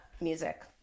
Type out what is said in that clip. music